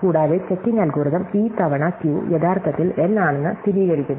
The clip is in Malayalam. കൂടാതെ ചെക്കിംഗ് അൽഗോരിതം p തവണ q യഥാർത്ഥത്തിൽ N ആണെന്ന് സ്ഥിരീകരിക്കുന്നു